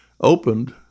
opened